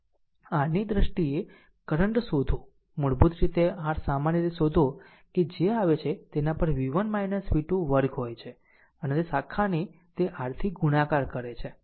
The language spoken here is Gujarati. R ની દ્રષ્ટિએ કરંટ શોધો મૂળભૂત રીતે r સામાન્ય રીતે શોધો કે જે આવે છે તેના પર v1 v2 વર્ગ હોય છે અને તે શાખાની તે r થી ગુણાકાર કરે છે